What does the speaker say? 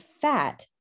fat